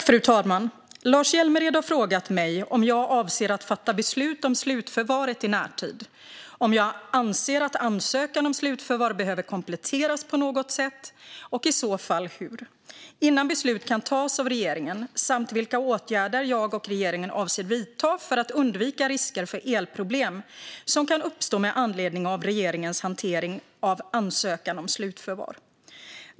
Fru talman! Lars Hjälmered har frågat mig om jag avser att fatta beslut om slutförvaret i närtid, om jag anser att ansökan om slutförvar behöver kompletteras på något sätt, och i så fall hur, innan beslut kan tas av regeringen, samt vilka åtgärder jag och regeringen avser att vidta för att undvika risker för elproblem som kan uppstå med anledning av regeringens hantering av ansökan om slutförvar.